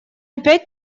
опять